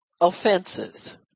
offenses